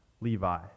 Levi